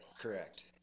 Correct